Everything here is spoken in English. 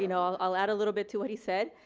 you know i'll i'll add a little bit to what he said.